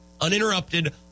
uninterrupted